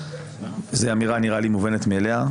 זו אמירה שנראית לי מובנת מאליה,